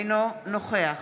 אינו נוכח